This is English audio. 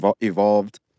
evolved